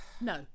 no